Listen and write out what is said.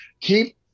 keep